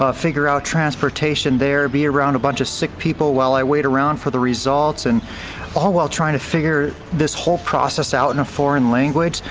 ah figure out transportation there, be around a bunch of sick people while i wait around for the results and all while trying to figure this whole process out in a foreign language.